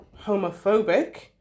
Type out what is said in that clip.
homophobic